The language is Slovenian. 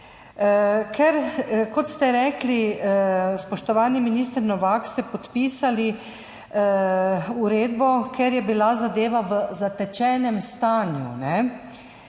DPN. Kot ste rekli, spoštovani minister Novak, ste podpisali uredbo, ker je bila zadeva v zatečenem stanju.